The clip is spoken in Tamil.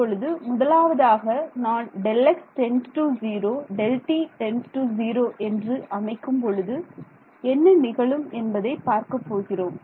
இப்பொழுது முதலாவதாக நான் Δx → 0 Δt → 0 என்று அமைக்கும் பொழுது என்ன நிகழும் என்பதை பார்க்கப் போகிறோம்